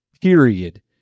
period